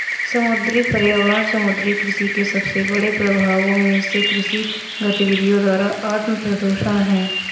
समुद्री पर्यावरण समुद्री कृषि के सबसे बड़े प्रभावों में से कृषि गतिविधियों द्वारा आत्मप्रदूषण है